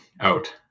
out